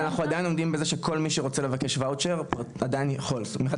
לאחרונה נוגעים בזה שכל מי שרוצה לבקש וואוצ'ר עדיין יכול.